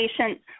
patient